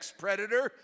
predator